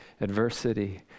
adversity